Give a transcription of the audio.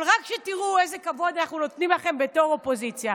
אבל תראו איזה כבוד אנחנו נותנים לכם בתור אופוזיציה.